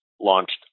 launched